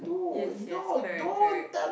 yes yes correct correct